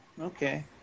Okay